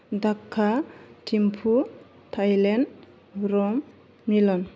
Dhaka Thimphu Thailand Rome Milan